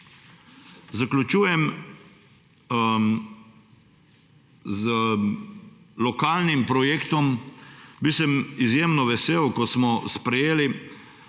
Zaključujem z lokalnim projektom. Bil sem izjemno vesel, ko smo sprejeli